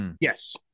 yes